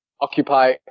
occupy